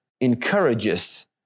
encourages